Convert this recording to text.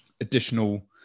additional